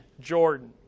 Jordan